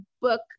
book